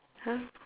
!huh!